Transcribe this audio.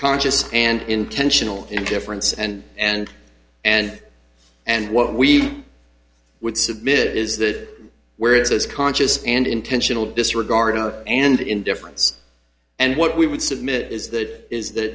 conscious and intentional indifference and and and and what we would submit is that where it was conscious and intentional disregard and indifference and what we would submit is that